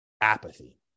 Apathy